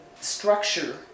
structure